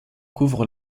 couvre